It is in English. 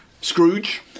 Scrooge